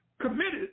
committed